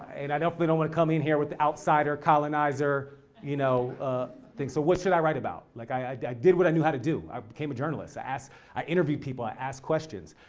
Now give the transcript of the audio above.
and i definitely don't want to come in here with the outsider colonizer you know ah thing, so what should i write about? like i did what i knew how to do. i became a journalist. i interview people, i ask questions.